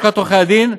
בלשכת עורכי הדין,